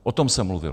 O tom jsem mluvil.